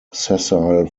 sessile